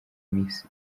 miss